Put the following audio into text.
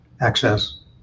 access